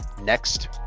next